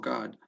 God